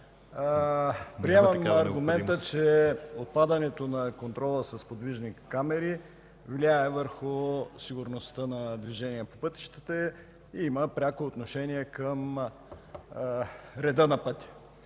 Приемам аргумента, че отпадането на контрола с подвижни камери влияе върху сигурността на движението по пътищата и има пряко отношение към реда на пътя,